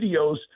videos